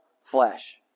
flesh